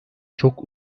çok